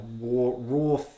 raw